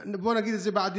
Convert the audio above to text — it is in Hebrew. בוא נגיד את זה בעדינות,